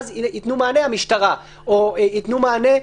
ואז תיתן מענה המשטרה או יתנו מענה.